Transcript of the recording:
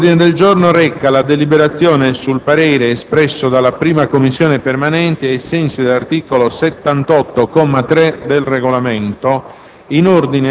L'ordine del giorno reca la deliberazione sul parere espresso dalla 1a Commissione permanente, ai sensi dell'articolo 78, comma 3, del Regolamento,